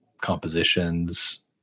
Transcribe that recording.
compositions